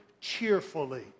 cheerfully